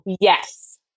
Yes